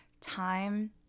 Time